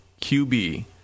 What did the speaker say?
QB